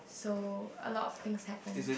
so a lot of thing happened